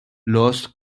lost